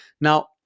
Now